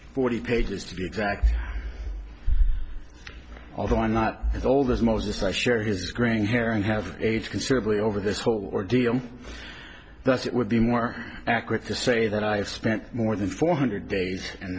forty pages to be exact although i'm not as old as moses i share his graying hair and have aged considerably over this whole ordeal thus it would be more accurate to say that i have spent more than four hundred days and